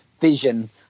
vision